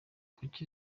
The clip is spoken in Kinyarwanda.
kuki